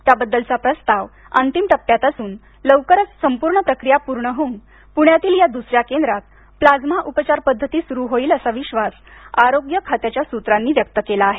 त्याबद्दलचा प्रस्ताव अंतिम टप्प्यात असून लवकरच संपूर्ण प्रक्रिया पूर्ण होऊन पुण्यातील या दुसऱ्या केंद्रात प्लाझ्मा उपचार पद्धती सुरु होईल असा विश्वास आरोग्य खात्याच्या सूत्रांनी व्यक्त केला आहे